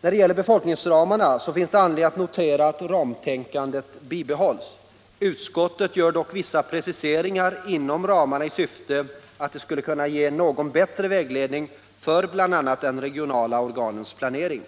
När det gäller befolkningsramarna finns anledning att notera att ramtänkandet bibehålls. Utskottet gör dock vissa preciseringar inom ramarna i syfte att ge bättre vägledning för bl.a. de regionala organens planering.